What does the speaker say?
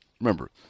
Remember